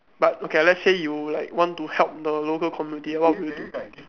but okay lah let's say you like want to help the local community what would you